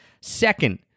Second